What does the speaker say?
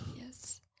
Yes